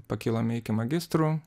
pakilome iki magistrų